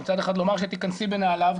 מצד אחד לומר שתיכנסי בנעליו,